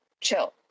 chill